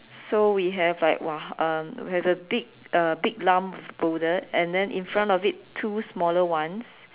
so we have like !wah! um we have a big uh big lump boulder and then in front of it two smaller ones